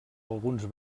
alguns